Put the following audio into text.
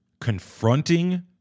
confronting